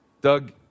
Doug